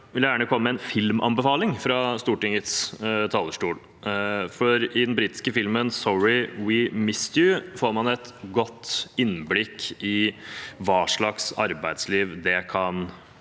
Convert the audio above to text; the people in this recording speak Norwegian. vil jeg gjerne komme med en filmanbefaling fra Stortingets talerstol. I den britiske filmen «Sorry we missed you» får man et godt innblikk i hva slags arbeidsliv det kan